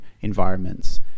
environments